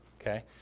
Okay